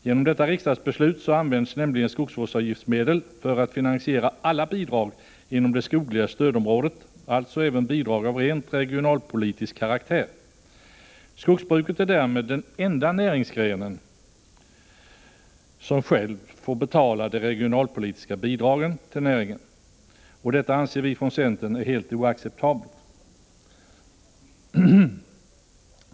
Sedan detta riksdagsbeslut fattades används nämligen skogsvårdsavgiftsmedel för att finansiera alla bidrag inom det skogliga stödområdet, alltså även bidrag av rent regionalpolitisk karaktär. Skogsbruket är därmed den enda näringsgren som själv får betala de regionalpolitiska bidragen till näringen. Detta anser vi från centern vara helt ' oacceptabelt.